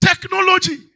technology